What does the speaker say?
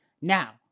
Now